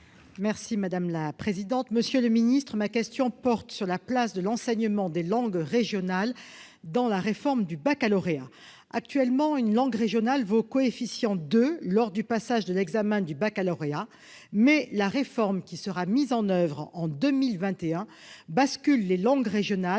et de la jeunesse. Monsieur le secrétaire d'État, ma question porte sur la place de l'enseignement des langues régionales dans la réforme du baccalauréat. Actuellement, une langue régionale vaut coefficient 2 lors du passage de l'examen du baccalauréat, mais la réforme qui sera mise en oeuvre en 2021 bascule les langues régionales